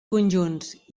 conjunts